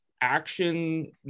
action